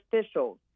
officials